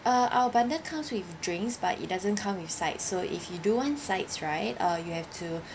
uh our bundle comes with drinks but it doesn't come with sides so if you do want sides right uh you have to